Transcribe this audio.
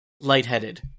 lightheaded